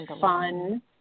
fun